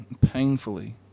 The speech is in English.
painfully